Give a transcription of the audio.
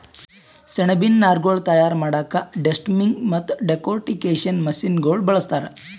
ಸೆಣಬಿನ್ ನಾರ್ಗೊಳ್ ತಯಾರ್ ಮಾಡಕ್ಕಾ ಡೆಸ್ಟಮ್ಮಿಂಗ್ ಮತ್ತ್ ಡೆಕೊರ್ಟಿಕೇಷನ್ ಮಷಿನಗೋಳ್ ಬಳಸ್ತಾರ್